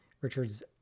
Richard's